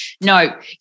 No